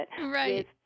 right